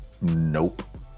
Nope